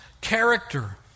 character